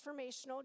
transformational